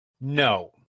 No